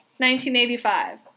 1985